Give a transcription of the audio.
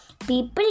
People